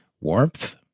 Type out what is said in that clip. warmth